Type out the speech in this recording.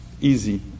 easy